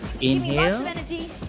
Inhale